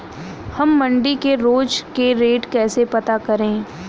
हम मंडी के रोज के रेट कैसे पता करें?